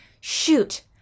shoot